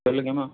சொல்லுங்கம்மா